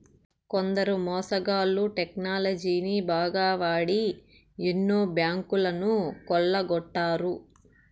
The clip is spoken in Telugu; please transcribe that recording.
కొందరు మోసగాళ్ళు టెక్నాలజీని బాగా వాడి ఎన్నో బ్యాంకులను కొల్లగొట్టారు